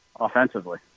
offensively